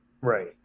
Right